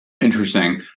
Interesting